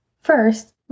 first